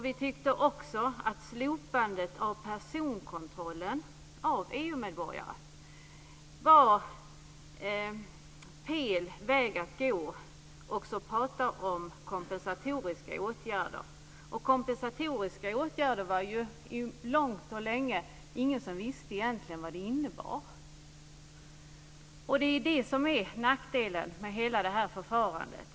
Vi tyckte likaså att slopandet av personkontrollen av EU-medborgare var fel väg att gå. Man pratade också om kompensatoriska åtgärder. Länge var det ingen som visste vad kompensatoriska åtgärder egentligen innebar. Det var det som var nackdelen med hela det här förfarandet.